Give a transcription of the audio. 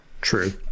True